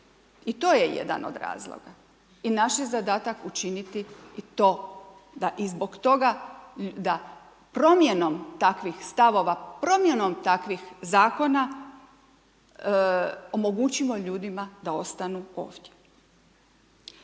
I to je jedan od razloga i naš je zadatak učiniti i to da i zbog toga da promjenom takvih stavova, promjenom takvih zakona, omogućimo ljudima da ostanu ovdje.